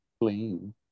clean